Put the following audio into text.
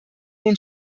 den